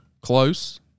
close